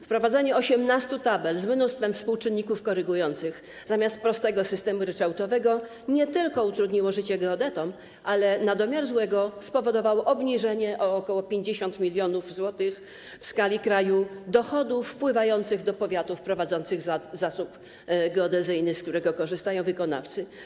Wprowadzenie 18 tabel z mnóstwem współczynników korygujących zamiast prostego systemu ryczałtowego nie tylko utrudniło życie geodetom, ale na domiar złego spowodowało obniżenie o ok. 50 mln zł w skali kraju dochodów wpływających do powiatów prowadzących zasób geodezyjny, z którego korzystają wykonawcy.